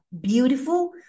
beautiful